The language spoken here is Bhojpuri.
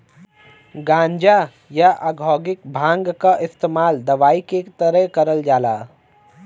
गांजा, या औद्योगिक भांग क इस्तेमाल दवाई के तरे करल जाला